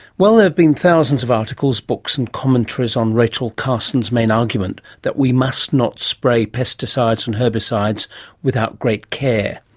well, there have been thousands of articles, books and commentaries on rachel carson's main argument that we must not spray pesticides and herbicides without great care.